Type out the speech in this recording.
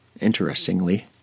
Interestingly